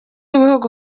ibihugu